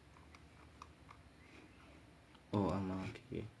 oh ஆமா:aamaa wait